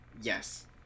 Yes